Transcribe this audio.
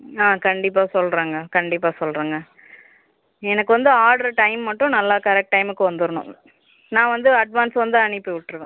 ஆ கண்டிப்பாக சொல்கிறேங்க கண்டிப்பாக சொல்கிறேங்க எனக்கு வந்து ஆட்ரு டைம் மட்டும் நல்லா கரெக்ட் டைமுக்கு வந்துடணும் நான் வந்து அட்வான்ஸ் வந்து அனுப்பிவிட்ருவேன்